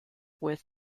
with